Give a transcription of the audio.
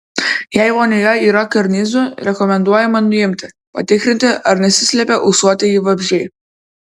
jei vonioje yra karnizų rekomenduojama nuimti patikrinti ar nesislepia ūsuotieji vabzdžiai